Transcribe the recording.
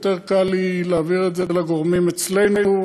יותר קל לי להעביר את זה לגורמים אצלנו,